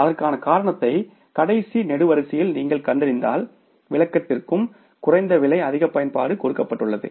அதற்கான காரணத்தை கடைசி நெடுவரிசையில் நீங்கள் கண்டறிந்தால் விளக்கத்திற்கும் குறைந்த விலை அதிக பயன்பாடு கொடுக்கப்பட்டுள்ளது